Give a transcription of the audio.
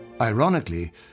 Ironically